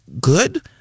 good